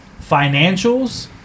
financials